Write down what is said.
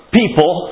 people